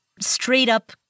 straight-up